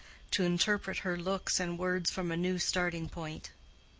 to interpret her looks and words from a new starting-point.